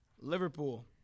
Liverpool